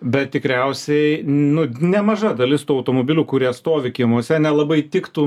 bet tikriausiai nu nemaža dalis tų automobilių kurie stovi kiemuose nelabai tiktų